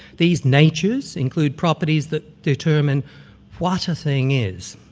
these natures include properties that determine what a thing is.